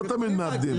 לא תמיד מאבדים.